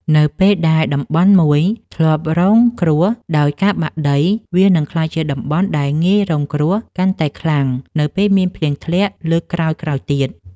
នៅពេលដែលតំបន់មួយធ្លាប់រងគ្រោះដោយការបាក់ដី វានឹងក្លាយជាតំបន់ដែលងាយរងគ្រោះកាន់តែខ្លាំងនៅពេលមានភ្លៀងធ្លាក់លើកក្រោយៗទៀត។